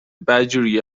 بدجوری